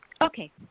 Okay